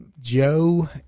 Joe